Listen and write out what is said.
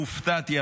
והופתעתי,